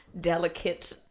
delicate